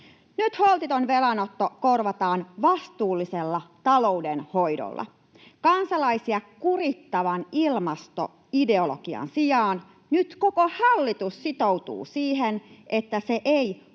Nyt holtiton velanotto korvataan vastuullisella taloudenhoidolla. Kansalaisia kurittavan ilmastoideologian sijaan nyt koko hallitus sitoutuu siihen, että se ei omilla